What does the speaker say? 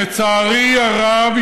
לצערי הרב,